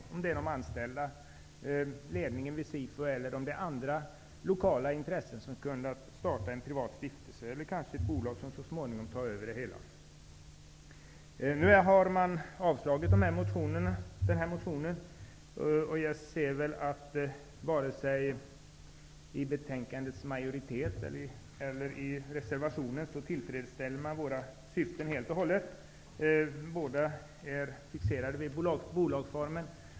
Det kan gälla de anställda, SIFU:s ledning eller andra lokala intressen som startar en privat stiftelse eller ett bolag som så småningom tar över det hela. Motionen har avstyrkts. Men varken majoritetsskrivningen eller reservationen är helt tillfredsställande. Av båda skrivningarna framgår att man är fixerad vid bolagsformen.